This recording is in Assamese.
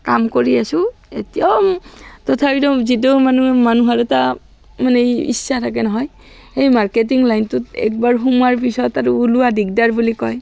কাম কৰি আছোঁ এতিয়াও তথাপিতো যিটো মানে মানুহৰ এটা মানে ইচ্ছা থাকে নহয় সেই মাৰ্কেটিং লাইনটোত একবাৰ সোমোৱাৰ পিছত আৰু ওলোৱা দিগদাৰ বুলি কয়